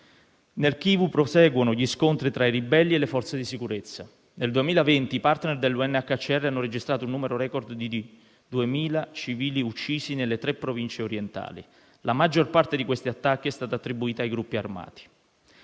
Nel Kivu proseguono gli scontri tra i ribelli e le forze di sicurezza. Nel 2020 i *partner* dell'UNHCR hanno registrato un numero *record* di 2.000 civili uccisi nelle tre province orientali. La maggior parte di questi attacchi è stata attribuita ai gruppi armati.